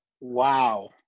Wow